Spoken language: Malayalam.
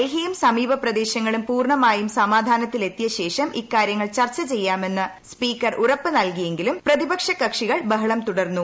ഡൽഹിയും സമീപ പ്രദേശങ്ങളും പൂർണ്ണമായും സമാധാനത്തിലെത്തിയ ശേഷം ഇക്കാര്യങ്ങൾ ചർച്ച ചെയ്യാമെന്ന് സ്പീക്കർ ഉറപ്പുനൽകിയെങ്കിലും പ്രതിപക്ഷ കക്ഷികൾ ബഹളം തുടർന്നു